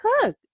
cook